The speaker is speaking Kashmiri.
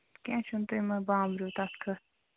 کیٚنہہ چھُنہٕ تُہۍ مہٕ بامبرِو تَتھ